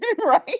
Right